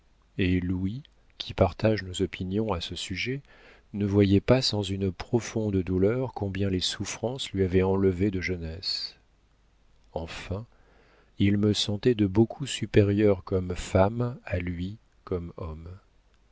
et louis qui partage nos opinions à ce sujet ne voyait pas sans une profonde douleur combien les souffrances lui avaient enlevé de jeunesse enfin il me sentait de beaucoup supérieure comme femme à lui comme homme